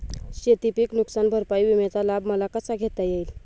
शेतीपीक नुकसान भरपाई विम्याचा लाभ मला कसा घेता येईल?